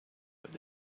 with